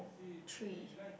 three